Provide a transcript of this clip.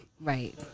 Right